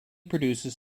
produces